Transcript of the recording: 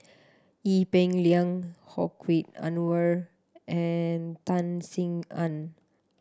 Ee Peng Liang Hedwig Anuar and Tan Sin Aun